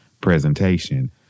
presentation